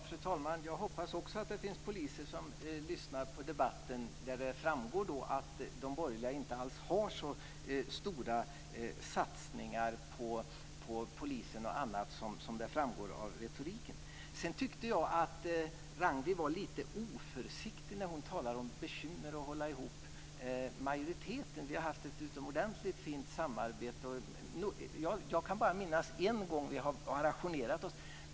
Fru talman! Jag hoppas också att det finns poliser som lyssnar på debatten, där det framgår att de borgerliga inte alls gör så stora satsningar på polisen och annat som det förefaller av retoriken. Sedan tyckte jag att Ragnwi Marcelind var lite oförsiktig när hon talade om bekymmer med att hålla ihop majoriteten. Vi har haft ett utomordentligt fint samarbete. Jag kan bara minnas att vi har ajournerat oss en gång.